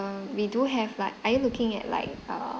we do have like are you looking at like err